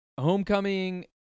homecoming